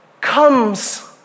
comes